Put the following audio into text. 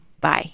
bye